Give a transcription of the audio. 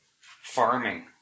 farming